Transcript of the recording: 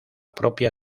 propia